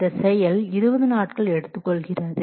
இந்த செயல் 20 நாட்கள் எடுத்துக் கொள்கிறது